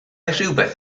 rhywbeth